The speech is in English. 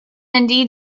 indeed